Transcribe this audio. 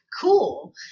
cool